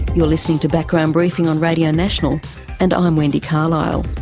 you're listening to background briefing on radio national and i'm wendy carlisle.